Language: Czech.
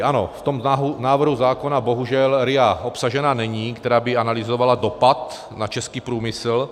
V tom návrhu zákona bohužel RIA obsažena není, která by analyzovala dopad na český průmysl.